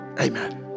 Amen